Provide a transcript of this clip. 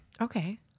Okay